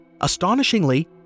Astonishingly